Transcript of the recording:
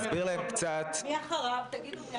אני מדבר על זה שאתם אומרים שאת כל זה